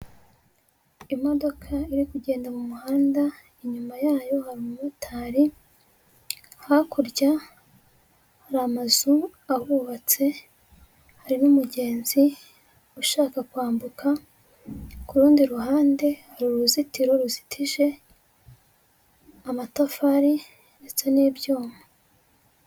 Imodoka iri kugenda mu muhanda, inyuma yayo hari umumotari, hakurya hari amazu ahubatse, hari n'umugenzi ushaka kwambuka, kurundi ruhande hari uruzitiro ruzitije amatafari ndetse n'ibyuma.